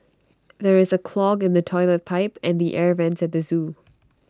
there is A clog in the Toilet Pipe and the air Vents at the Zoo